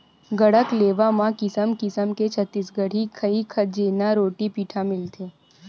गढ़कलेवा म किसम किसम के छत्तीसगढ़ी खई खजेना, रोटी पिठा मिलथे